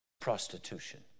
prostitution